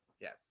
Yes